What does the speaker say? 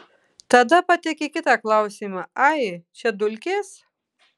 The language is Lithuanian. tada pateikė kitą klausimą ai čia dulkės